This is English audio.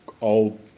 old